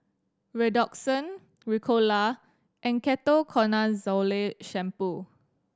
Redoxon Ricola and Ketoconazole Shampoo